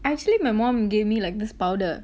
actually my mum gave me like this powder